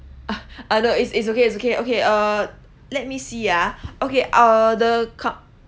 ah I know it's it's okay it's okay okay uh let me see ah okay uh the com~